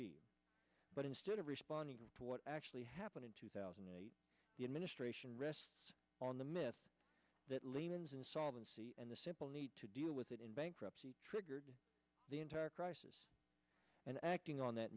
a but instead of responding to what actually happened in two thousand and eight the administration rests on the myth that lehman's insolvency and the simple need to deal with it in bankruptcy triggered the entire crisis and acting on that